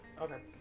Okay